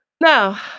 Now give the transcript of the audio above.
Now